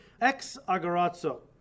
ex-agarazzo